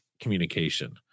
communication